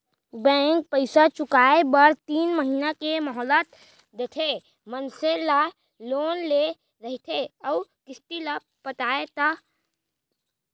bank पइसा चुकाए बर तीन महिना के मोहलत देथे मनसे ला लोन ले रहिथे अउ किस्ती ल पटाय ता